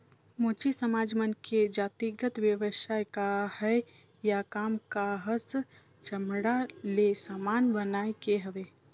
मोची समाज मन के जातिगत बेवसाय काहय या काम काहस चमड़ा ले समान बनाए के हवे